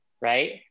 right